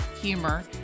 humor